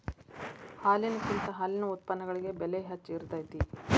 ಹಾಲಿನಕಿಂತ ಹಾಲಿನ ಉತ್ಪನ್ನಗಳಿಗೆ ಬೆಲೆ ಹೆಚ್ಚ ಇರತೆತಿ